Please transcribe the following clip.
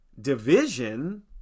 division